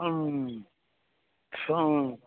हूँ हँ